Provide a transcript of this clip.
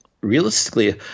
realistically